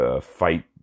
fight